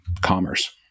commerce